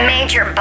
Major